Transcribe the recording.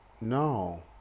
No